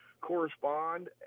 correspond